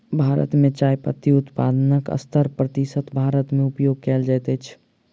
भारत मे चाय पत्ती उत्पादनक सत्तर प्रतिशत भारत मे उपयोग कयल जाइत अछि